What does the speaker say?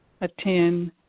attend